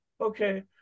Okay